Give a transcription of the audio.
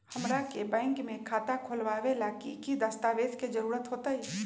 हमरा के बैंक में खाता खोलबाबे ला की की दस्तावेज के जरूरत होतई?